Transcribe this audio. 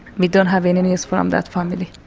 we don't have any news from that family.